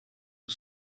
who